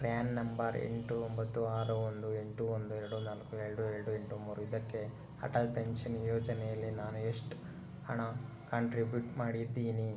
PAN number ಎಂಟು ಒಂಬತ್ತು ಆರು ಒಂದು ಎಂಟು ಒಂದು ಎರಡು ನಾಲ್ಕು ಎರಡು ಎರಡು ಎಂಟು ಮೂರು ಇದಕ್ಕೆ ಅಟಲ್ ಪೆನ್ಷನ್ ಯೋಜನೆಲಿ ನಾನು ಎಷ್ಟು ಹಣ ಕಾಂಟ್ರಿಬ್ಯೂಟ್ ಮಾಡಿದ್ದೀನಿ